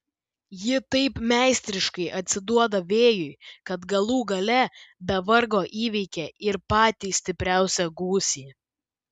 ji taip meistriškai atsiduoda vėjui kad galų gale be vargo įveikia ir patį stipriausią gūsį